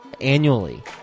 annually